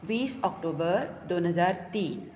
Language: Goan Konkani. वीस ऑक्टोबर दोन हजार तीन